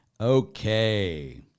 Okay